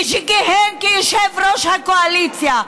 כשכיהן כיושב-ראש הקואליציה,